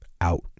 out